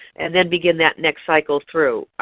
and then begin that next cycle through.